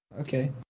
Okay